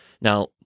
Now